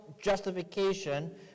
justification